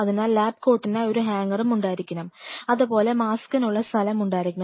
അതിനാൽ ലാബ് കോട്ടിനായി ഒരു ഹാങ്ങറും ഉണ്ടായിരിക്കണം അതുപോലെ മാസ്കിനുള്ള സ്ഥലം ഉണ്ടായിരിക്കണം